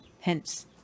Hence